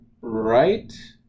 right